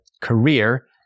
career